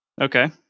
okay